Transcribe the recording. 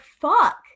fuck